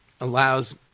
allows